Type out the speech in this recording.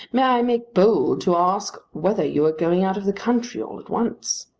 may i make bold to ask whether you are going out of the country all at once?